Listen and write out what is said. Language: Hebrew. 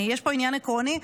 יש פה עניין עקרוני,